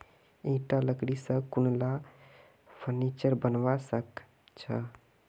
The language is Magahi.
ईटा लकड़ी स कुनला फर्नीचर बनवा सख छ